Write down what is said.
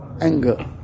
anger